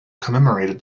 commemorated